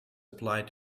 applied